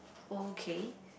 okay